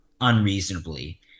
unreasonably